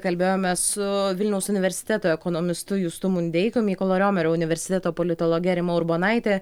kalbėjome su vilniaus universiteto ekonomistu justu mundeikiu mykolo riomerio universiteto politologe rima urbonaite